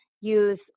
use